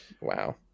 Wow